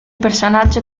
personaggio